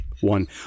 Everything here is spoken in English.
One